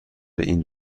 این